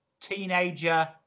teenager